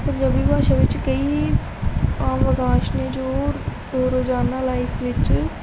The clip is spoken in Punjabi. ਪੰਜਾਬੀ ਭਾਸ਼ਾ ਵਿੱਚ ਕਈ ਆਮ ਵਾਕੰਸ਼ ਨੇ ਜੋ ਰੋ ਰੋਜ਼ਾਨਾ ਲਾਈਫ ਵਿੱਚ